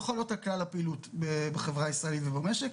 חלות על כלל הפעילות בחברה הישראלית ובמשק,